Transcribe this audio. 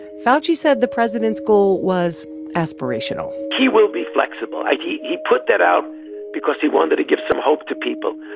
fauci said the president's goal was aspirational he will be flexible. like he he put that out because he wanted to give some hope to people.